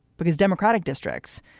but his democratic districts,